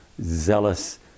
zealous